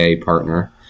partner